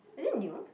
is it new